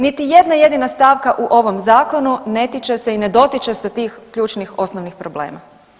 Niti jedna jedina stavka u ovom zakonu ne tiče se i ne dotiče se tih ključnih osnovnih problema.